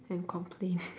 and complain